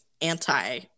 anti